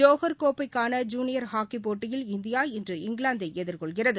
ஜோஹர்கோப்பைக்கானஜுனியர் ஹாக்கிப் போட்டியில் இந்தியா இன்றுஇங்கிலாந்தைஎதிர்கொள்கிறது